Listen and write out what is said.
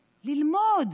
ללמוד.